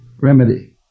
remedy